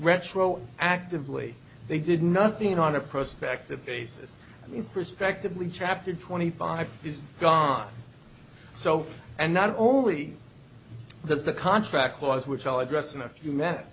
retro actively they did nothing on a prospect of basis in prospectively chapter twenty five is gone so and not only does the contract clause which i'll address in a few me